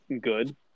good